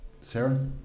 Sarah